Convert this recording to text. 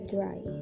Dry